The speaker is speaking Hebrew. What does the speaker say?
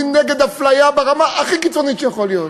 אני נגד אפליה ברמה הכי קיצונית שיכולה להיות.